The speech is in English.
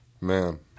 Man